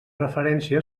referència